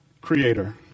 creator